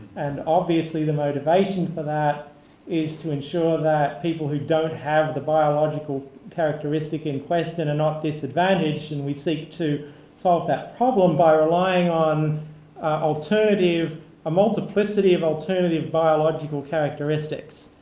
and obviously the motivation for that is to ensure that people who don't have the biological characteristic in question are not disadvantaged and we to solve that problem by relying on alternative a multiplicity of alternative biological characteristics,